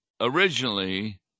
originally